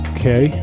Okay